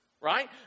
right